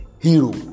hero